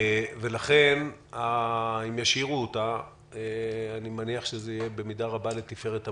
לכן אם ישאירו אותה אני מניח שזה יהיה במידה רבה לתפארת המליצה.